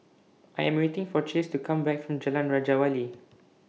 I Am waiting For Chace to Come Back from Jalan Raja Wali